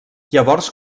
llavors